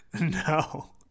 No